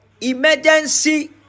Emergency